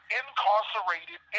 incarcerated